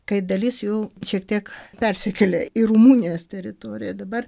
kai dalis jų šiek tiek persikėlė į rumunijos teritorijoją dabar